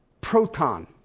proton